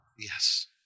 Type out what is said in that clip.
Yes